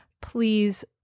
please